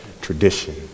tradition